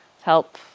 help